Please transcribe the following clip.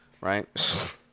right